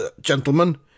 gentlemen